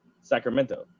Sacramento